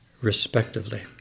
respectively